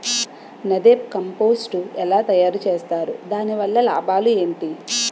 NADEP compost ఎలా తయారు చేస్తారు? దాని వల్ల లాభాలు ఏంటి?